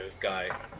guy